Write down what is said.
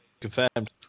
confirmed